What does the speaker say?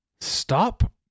stop